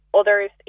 others